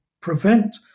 prevent